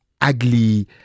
ugly